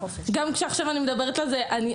גם כשאני מדברת על זה עכשיו,